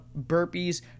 burpees